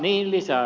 niin lisää